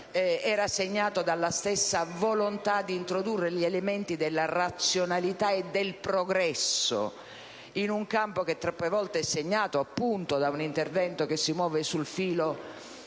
era segnato dalla stessa volontà di introdurre gli elementi della razionalità e del progresso in un campo troppe volte segnato da un intervento che si muove sul filo